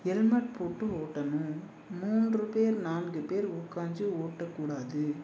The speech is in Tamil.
ஹெல்மெட் போட்டு ஓட்டணும் மூன்று பேர் நான்கு பேர் உக்காஞ்சு ஓட்டக்கூடாது